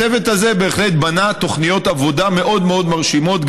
הצוות הזה בהחלט בנה תוכניות עבודה מאוד מרשימות,